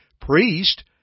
priest